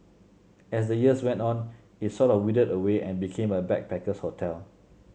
as the years went on it sort of withered away and became a backpacker's hotel